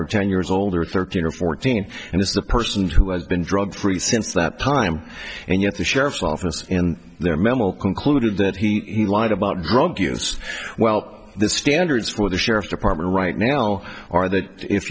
or ten years old or thirteen or fourteen and is the person who has been drug free since that time and yet the sheriff's office in their memo concluded that he lied about drug use well the standards for the sheriff's department right now are that if